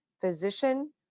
physician